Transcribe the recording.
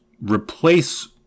replace